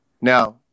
Now